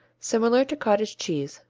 similar to cottage cheese,